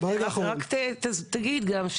רק תגיד גם,